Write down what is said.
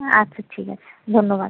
হ্যাঁ আচ্ছা ঠিক আছে ধন্যবাদ